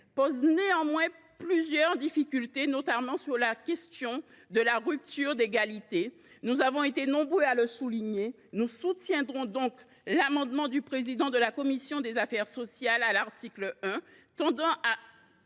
pose néanmoins plusieurs difficultés, notamment sur la question de la rupture d’égalité – nous avons été nombreux à le souligner. Nous soutiendrons donc l’amendement du président de la commission des affaires sociales à l’article 1, qui vise à